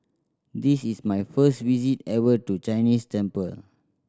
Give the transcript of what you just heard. this is my first visit ever to Chinese temple